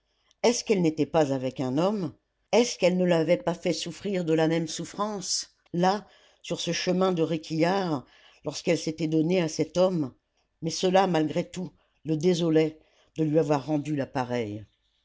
est-ce qu'elle n'était pas avec un homme est-ce qu'elle ne l'avait pas fait souffrir de la même souffrance là sur ce chemin de réquillart lorsqu'elle s'était donnée à cet homme mais cela malgré tout le désolait de lui avoir rendu